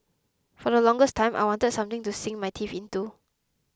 for the longest time I wanted something to sink my teeth into